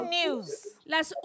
news